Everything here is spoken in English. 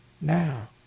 now